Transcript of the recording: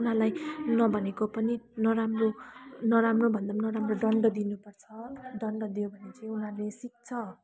उनीहरूलाई नभनेको पनि नराम्रो नराम्रो भन्दा पनि नराम्रो दण्ड दिनुपर्छ दण्ड दियो भने चाहिँ उहाँहरूले सिक्छ